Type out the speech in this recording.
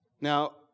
Now